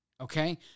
okay